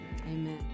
Amen